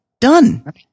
Done